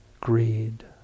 greed